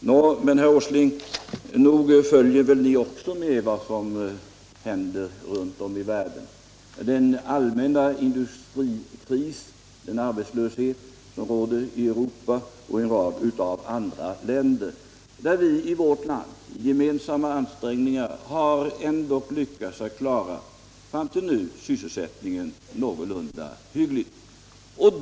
Nå, men herr Åsling, nog följer väl ni också med vad som händer runt om i världen? Det råder en allmän industrikris och arbetslöshet i Europa och i en rad länder i andra världsdelar. Vi har ändå i vårt land fram till nu med gemensamma ansträngningar lyckats klara sysselsättningen någorlunda hyggligt.